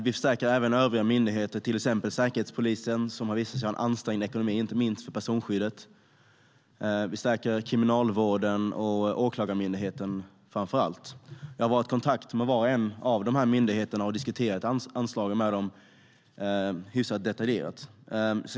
Vi förstärker även övriga myndigheter, till exempel Säkerhetspolisen, som har visat sig ha en ansträngd ekonomi, inte minst på personskyddet. Vi stärker Kriminalvården och Åklagarmyndigheten, framför allt. Jag har varit i kontakt med var och en av dessa myndigheter och diskuterat anslagen med dem hyfsat detaljerat.